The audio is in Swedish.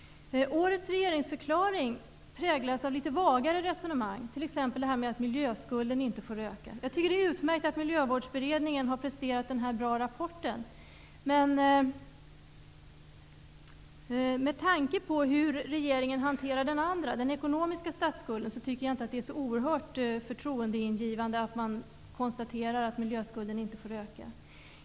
Årets regeringsförklaring präglas av litet vagare resonemang, t.ex. att miljöskulden inte får öka. Jag tycker det är utmärkt att Miljövårdsberedningen har presenterat en bra rapport, men med tanke på hur regeringen hanterar den ekonomiska statsskulden tycker jag inte att det är så oerhört förtroendeingivande att konstatera att miljöskulden inte får öka.